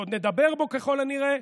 שעוד נדבר בו ככל הנראה,